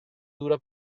dura